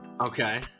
okay